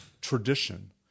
tradition